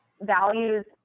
values